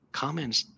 comments